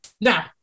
Now